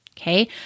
Okay